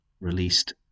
released